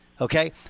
Okay